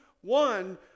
one